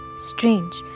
Strange